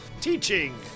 teaching